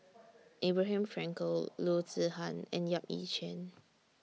Abraham Frankel Loo Zihan and Yap Ee Chian